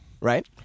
right